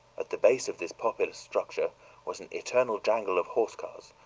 at the base of this populous structure was an eternal jangle of horsecars,